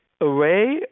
away